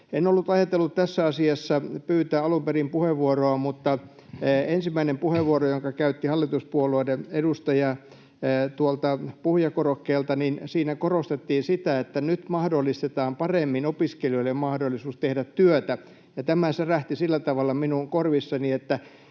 En ollut ajatellut tässä asiassa pyytää alun perin puheenvuoroa, mutta ensimmäisessä puheenvuorossa, jonka käytti hallituspuolueiden edustaja tuolta puhujakorokkeelta, korostettiin sitä, että nyt mahdollistetaan paremmin opiskelijoille mahdollisuus tehdä työtä. Tämä särähti sillä tavalla minun korvissani, että